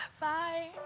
Bye